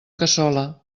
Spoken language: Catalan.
cassola